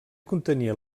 contenia